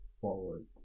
forward